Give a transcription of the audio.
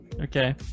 Okay